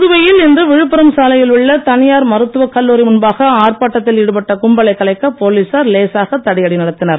புதுவையில் இன்று விழுப்புரம் சாலையில் உள்ள தனியார் மருத்துவக் கல்லூரி முன்பாக ஆர்ப்பாட்டத்தில் ஈடுபட்ட கும்பலைக் கலைக்க போலீசார் லேசாக தடியடி நடத்தினர்